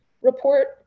report